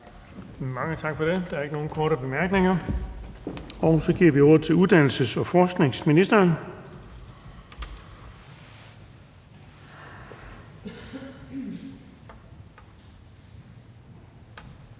Tak for det. Der er ingen korte bemærkninger. Så giver vi ordet til uddannelses- og forskningsministeren.